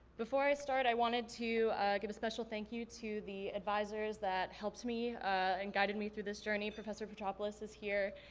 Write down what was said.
before i start i wanted to give a special thank you to the advisors that helped me and guided me through this journey, professor petropoulos is here.